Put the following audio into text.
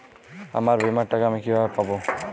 আমার বীমার টাকা আমি কিভাবে পাবো?